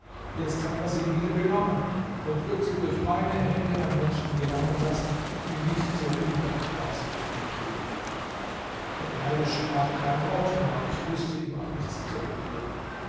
jetzt hat er sie wieder genommen und wird sie durch meine hände an menschen gelangen lassen die nicht so undankbar sind wie du der derwisch sprach kein wort mehr und ich wußte ihm auch nichts zu erwidern